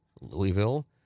Louisville